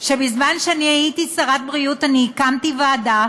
בזמן שהייתי שרת הבריאות הקמתי ועדה